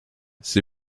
sie